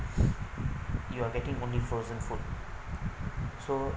you are getting only frozen food so